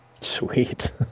Sweet